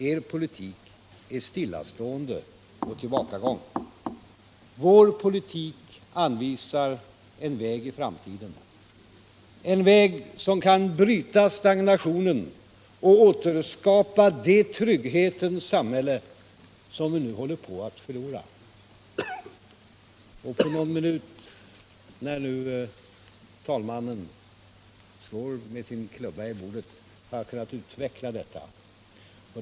Er politik innebär stillastående och tillbakagång. Vår politik anvisar en väg i framtiden, en väg som kan bryta stagnationen och återskapa det trygghetens samhälle som vi nu håller på att förlora. När talmannen nu slår med sin klubba i bordet, har jag bara haft några minuter för att utveckla detta.